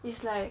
it's like